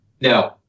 No